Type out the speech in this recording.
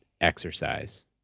exercise